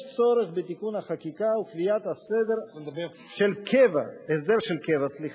יש צורך בתיקון החקיקה וקביעת הסדר של קבע שיסדיר